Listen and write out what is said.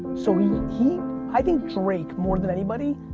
so he, he, i think drake, more than anybody,